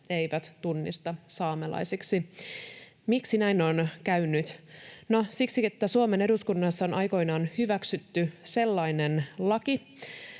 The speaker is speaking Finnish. eivät tunnista saamelaisiksi. Miksi näin on käynyt? No siksi, että Suomen eduskunnassa on aikoinaan hyväksytty lakiin niin